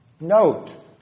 Note